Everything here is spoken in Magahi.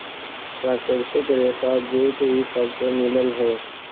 प्राकृतिक रेशा जूट इ सब से मिल हई